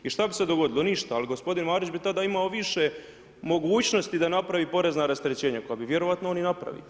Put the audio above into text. I šta bi se dogodilo, ništa, ali gospodin Marić bi tada imao više mogućnosti da napravi porezna rasterećenja koja bi vjerojatno on i napravio.